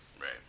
Right